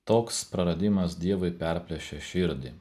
toks praradimas dievui perplėšia širdį